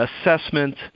assessment